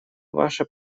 ваше